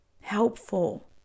helpful